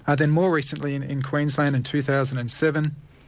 ah then more recently in in queensland, in two thousand and seven,